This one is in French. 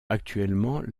actuellement